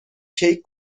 کیک